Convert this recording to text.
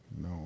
No